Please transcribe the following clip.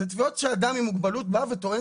אלה תביעות שאדם עם מוגבלות בא וטוען